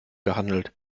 gehandelt